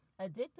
addictive